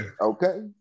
Okay